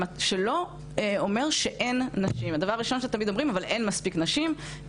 דבר ראשון שתמיד אומרים אבל אין מספיק נשים,